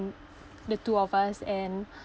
the two of us and